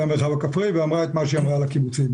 המרחב הכפרי ואמרה את מה שהיא אמרה על הקיבוצים.